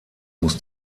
muss